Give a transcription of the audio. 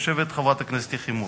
שיושבת חברת הכנסת יחימוביץ.